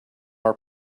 our